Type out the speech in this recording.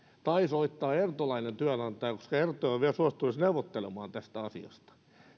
tai ertolainen työnantaja koska erto ei ole vielä suostunut edes neuvottelemaan tästä asiasta